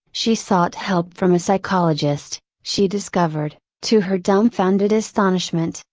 she sought help from a psychologist, she discovered, to her dumbfounded astonishment,